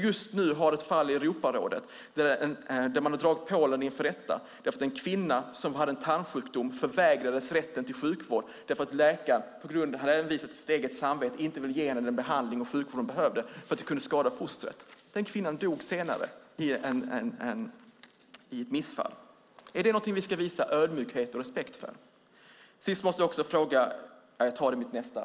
Just nu har vi ett fall i Europarådet som gäller Polen. Man har dragit Polen inför rätta för att en kvinna med en tarmsjukdom förvägrades rätt till sjukvård eftersom läkaren genom att hänvisa till sitt samvete inte ville ge henne den behandling och sjukvård hon behövde för att det kunde skada fostret. Den kvinnan dog senare i missfall. Är det någonting som vi ska vara ödmjuka inför och visa respekt för?